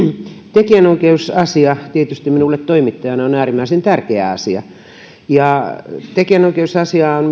tekijänoikeusasia minulle toimittajana on äärimmäisen tärkeä asia tekijänoikeusasia on